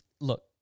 Look